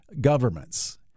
governments